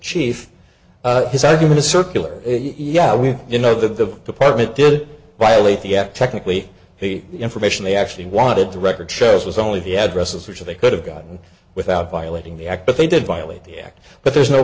chief his argument is circular yeah we you know that the department did violate the act technically the information they actually wanted to record shows was only the addresses which they could have gotten without violating the act but they did violate the act but there's no